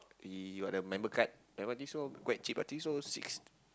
he got the member card like what this one quite cheap I think so six